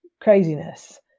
craziness